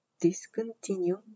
Discontinue